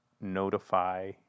notify